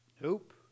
Nope